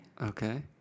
Okay